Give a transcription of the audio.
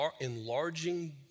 enlarging